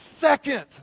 second